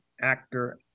actor